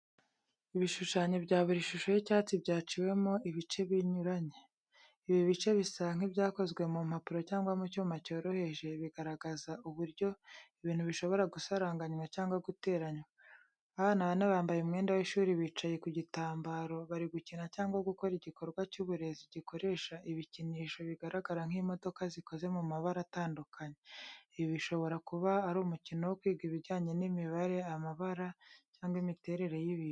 Ibishushanyo bya buri shusho y’icyatsi byaciwemo ibice binyuranye. Ibi bice bisa nk’ibyakozwe mu mpapuro cyangwa mu cyuma cyoroheje, bigaragaza uburyo ibintu bishobora gusaranganywa cyangwa guteranywa. Abana bane bambaye umwenda w'ishuri bicaye ku gitambaro, bari gukina cyangwa gukora igikorwa cy’uburezi gikoresha ibikinisho bigaragara nk’imodoka zikoze mu mabara atandukanye. Ibi bishobora kuba ari umukino wo kwiga ibijyanye n’imibare, amabara cyangwa imiterere y'ibintu.